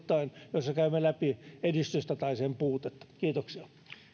joissa käymme läpi edistystä tai sen puutetta kiitoksia